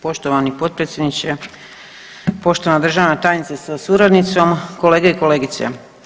Poštovani potpredsjedniče, poštovana državna tajnice sa suradnicom, kolege i kolegice.